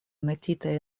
metitaj